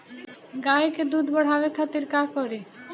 गाय के दूध बढ़ावे खातिर का करी?